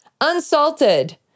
Unsalted